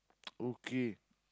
okay